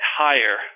higher